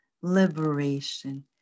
Liberation